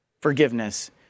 forgiveness